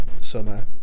summer